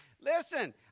Listen